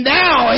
now